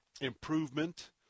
improvement